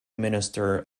minister